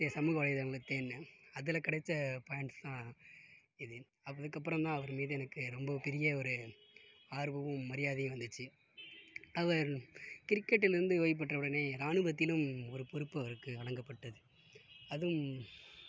சமூக வலைத்தளங்களில் தேடுனேன் அதில் கிடைச்ச பாயிண்ட்ஸ் தான் இது அதுக்கப்புறம் தான் அவர் மீது ஒரு ரொம்ப பெரிய ஒரு ஆர்வமும் மரியாதையும் வந்திச்சு அவர் கிரிக்கிட்டிலிருந்து ஒய்வு பெற்றவுடன் ராணுவத்திலும் ஒரு பொறுப்பு அவருக்கு வழங்கப்பட்டது அதும்